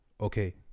Okay